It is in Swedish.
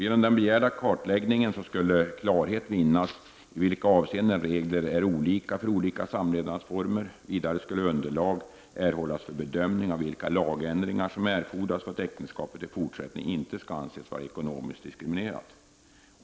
Genom den begärda kartläggningen skulle klarhet vinnas om i vilka avseenden reglerna är olika för olika samlevnadsformer. Vidare skulle underlag erhållas för bedömning av vilka lagändringar som erfordras för att äktenskapet i fortsättningen inte skall anses vara ekonomiskt diskriminerat.